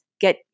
get